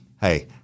Hey